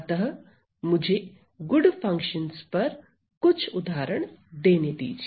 अतः मुझे good functions पर कुछ उदाहरण देने दीजिए